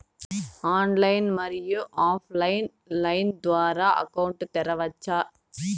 Online, మరియు offline line ద్వారా account తెరవచ్చా?